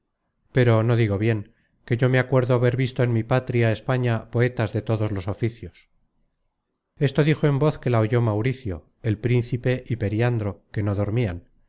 pero no digo bien que yo me acuerdo haber visto en mi patria españa poetas de todos los oficios esto dijo en voz que la oyó mauricio el principe y periandro que no dormian